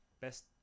best